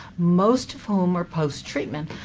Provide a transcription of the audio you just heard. most of whom are posttreatment.